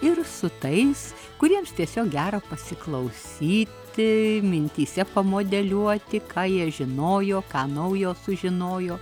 ir su tais kuriems tiesiog gera pasiklausyti mintyse pamodeliuoti ką jie žinojo ką naujo sužinojo